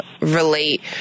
relate